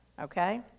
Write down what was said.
okay